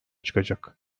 çıkacak